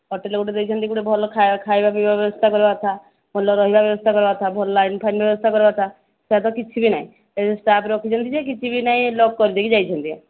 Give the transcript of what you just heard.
hotel ଗୋଟେ ଦେଇଛନ୍ତି ଗୋଟେ ଭଲ ଖାଇବା ପିଇବା ବ୍ୟବସ୍ଥା କରିବା କଥା ଭଲ ରହିବା ବ୍ୟବସ୍ଥା କରିବା କଥା ଭଲ ଲାଇନ୍ ଫାଇନ୍ ବ୍ୟବସ୍ଥା କରିବା କଥା ସେ ତ କିଛି ବି ନାହିଁ ଏ ଯେଉଁ ଷ୍ଟାଫ୍ ରଖିଛନ୍ତି ଯେ କିଛି ବି ନାହିଁ ଲକ୍ କରି ଦେଇକି ଯାଇଛନ୍ତି